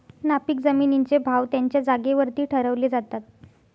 नापीक जमिनींचे भाव त्यांच्या जागेवरती ठरवले जातात